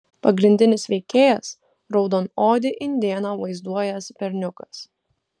pagrindinis veikėjas raudonodį indėną vaizduojąs berniukas